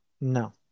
No